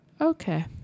Okay